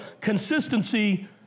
Consistency